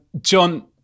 John